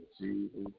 Jesus